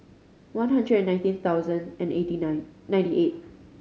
one hundred and nineteen thousand and eighty nine ninety eight